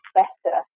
better